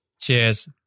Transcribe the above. Cheers